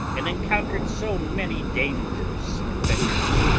and encountered so many dangerous adventures,